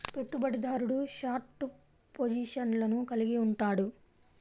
పెట్టుబడిదారుడు షార్ట్ పొజిషన్లను కలిగి ఉంటాడు